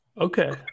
okay